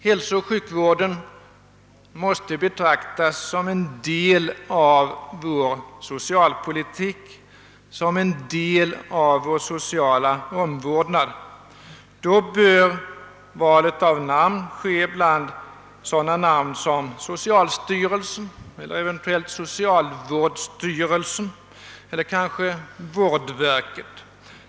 Hälsooch sjukvård måste betraktas som en del av vår socialpolitik, som en del av vår sociala omvårdnad, och då bör valet av namn ske bland sådana som socialstyrelsen eller eventuellt socialvårdsstyrelsen eller kanske vårdverket.